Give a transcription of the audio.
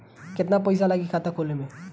केतना पइसा लागी खाता खोले में?